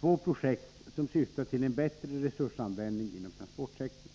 två projekt som syftar till en bättre resursanvändning inom transportsektorn.